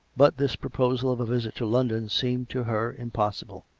but this proposal of a visit to london seemed to her impossible.